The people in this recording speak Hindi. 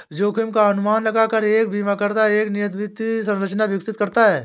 जोखिम का अनुमान लगाकर एक बीमाकर्ता एक नियमित वित्त संरचना विकसित करता है